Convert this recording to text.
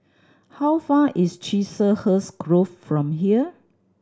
how far is Chiselhurst Grove from here